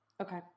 Okay